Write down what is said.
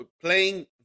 playing